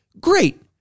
Great